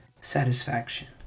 satisfaction